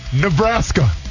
Nebraska